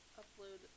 upload